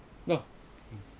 no